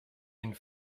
une